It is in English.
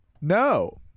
no